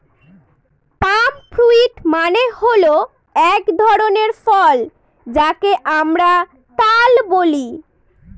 পাম fruit মানে হল এক ধরনের ফল যাকে আমরা তাল বলি